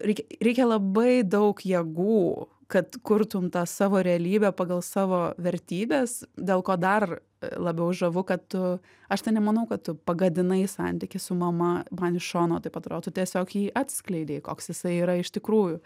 reikia reikia labai daug jėgų kad kurtum tą savo realybę pagal savo vertybes dėl ko dar labiau žavu kad tu aš tai nemanau kad tu pagadinai santykį su mama man iš šono taip atrodo tu tiesiog jį atskleidei koks jisai yra iš tikrųjų